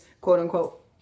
quote-unquote